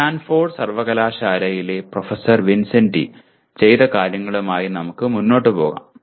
Stanford സർവകലാശാലയിലെ professor വിൻസെന്റി ചെയ്ത കാര്യങ്ങളുമായി നമുക്ക് മുന്നോട്ടു പോകാം